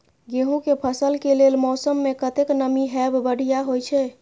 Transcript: गेंहू के फसल के लेल मौसम में कतेक नमी हैब बढ़िया होए छै?